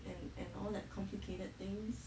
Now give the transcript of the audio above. and and all that complicated things